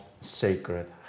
sacred